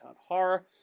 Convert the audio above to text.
Horror